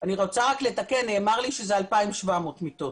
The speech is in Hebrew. אני רוצה רק לתקן, נאמר לי שזה 2,700 מיטות.